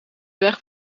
weg